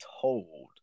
told